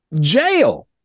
Jail